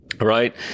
right